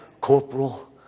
corporal